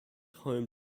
home